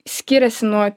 skiriasi nuo